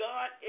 God